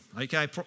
Okay